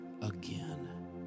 again